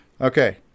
Okay